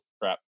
crap